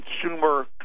consumer